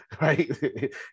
right